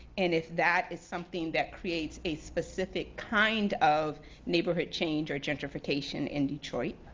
and if that is something that creates a specific kind of neighborhood change or gentrification in detroit?